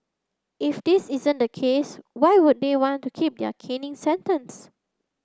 if this isn't the case why would they want to keep their caning sentence